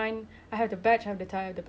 so ya coming from